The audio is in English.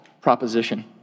proposition